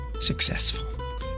successful